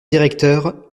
directeurs